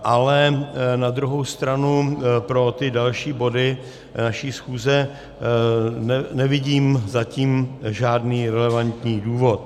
Ale na druhou stranu pro ty další body naší schůze nevidím zatím žádný relevantní důvod.